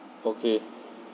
okay